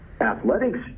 athletics